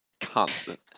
constant